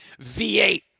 V8